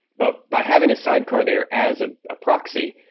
but by having a sidecar there as ah a proxy,